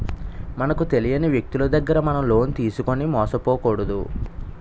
మనకు తెలియని వ్యక్తులు దగ్గర మనం లోన్ తీసుకుని మోసపోకూడదు